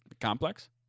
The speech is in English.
complex